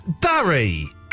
Barry